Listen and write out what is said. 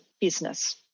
business